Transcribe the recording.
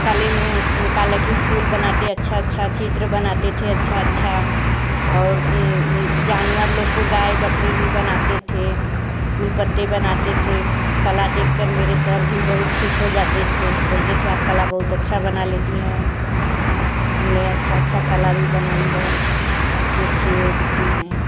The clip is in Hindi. कला में कला की फूल बनाते अच्छे अच्छे चित्र बनाते थे अच्छा अच्छा और जानवर लोग को गाय बकरी भी बनाते थे फूल पत्ते बनाते थे कला देख कर मेरे सर भी बहुत ख़ुश हो जाते थे बोलते थे आप कला बहुत अच्छी बना लेती हैं हम ने अच्छी अच्छी कला भी बनाई है अच्छी अच्छी वो भी की हैं